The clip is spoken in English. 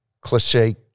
cliche